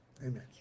Amen